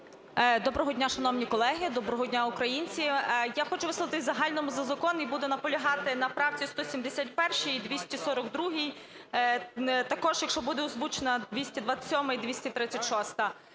Доброго дня, шановні колеги, доброго дня українці! Я хочу висловитися в загальному за закон і буду наполягати на правці 171-й і 242-й. Також, якщо буде озвучена 227-а і 236-а.